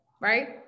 right